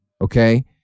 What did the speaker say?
Okay